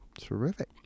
Terrific